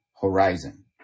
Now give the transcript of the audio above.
horizon